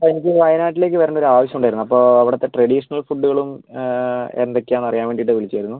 അപ്പോൾ എനിക്ക് വയനാട്ടിലേക്ക് വരേണ്ട ഒരു ആവശ്യം ഉണ്ടായിരുന്നു അപ്പോൾ അവിടുത്തെ ട്രഡീഷണൽ ഫുഡുകളും എന്തൊക്കെയാണെന്ന് അറിയാൻ വേണ്ടിയിട്ട് വിളിക്കുവായിരുന്നു